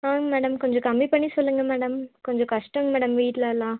சொல்லுங்க மேடம் கொஞ்சம் கம்மி பண்ணி சொல்லுங்க மேடம் கொஞ்சம் கஷ்டம் மேடம் வீட்லெலாம்